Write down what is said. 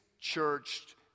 churched